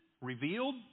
revealed